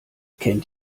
kennt